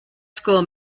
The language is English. school